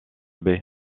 baie